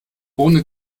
ohne